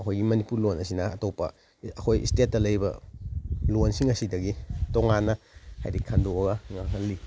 ꯑꯩꯈꯣꯏꯒꯤ ꯃꯅꯤꯄꯨꯔ ꯂꯣꯟ ꯑꯁꯤꯅ ꯑꯇꯣꯞꯄ ꯑꯩꯈꯣꯏ ꯏꯁꯇꯦꯠꯇ ꯂꯩꯔꯤꯕ ꯂꯣꯟꯁꯤꯡ ꯑꯁꯤꯗꯒꯤ ꯇꯣꯉꯥꯟꯅ ꯍꯥꯏꯗꯤ ꯈꯟꯗꯣꯛꯑꯒ ꯉꯥꯡꯍꯜꯂꯤ